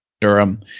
Durham